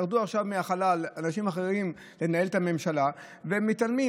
הם ירדו עכשיו מהחלל אנשים אחרים לנהל את הממשלה והם מתעלמים.